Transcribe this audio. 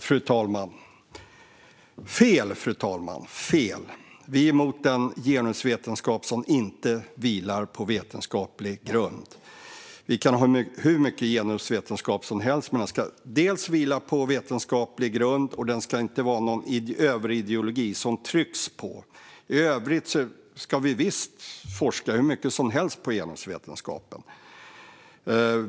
Fru talman! Fel, fru talman, fel! Vi är emot den genusvetenskap som inte vilar på vetenskaplig grund. Vi kan ha hur mycket genusvetenskap som helst, men den ska dels vila på vetenskaplig grund, dels inte vara någon överideologi som trycks på. I övrigt ska vi ha hur mycket forskning som helst inom genusvetenskapen.